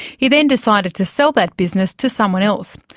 he then decided to sell that business to someone else,